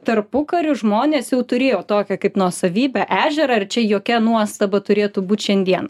tarpukariu žmonės jau turėjo tokią kaip nuosavybę ežerą ir čia jokia nuostaba turėtų būt šiandien